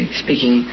speaking